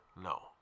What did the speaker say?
No